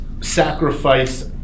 sacrifice